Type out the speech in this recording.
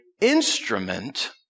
instrument